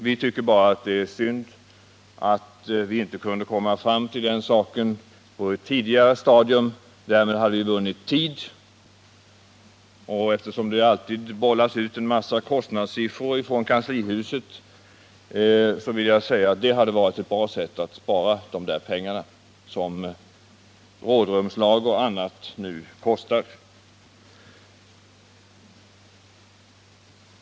Vi tycker bara att det är synd att vi inte kunde komma fram till detta beslut på ett tidigare stadium. Därigenom hade vi vunnit tid, och eftersom det från kanslihuset alltid bollas med en massa kostnadssiffror vill jag påpeka att det hade varit ett bra sätt att spara de pengar som rådrumslag och annat nu kostar.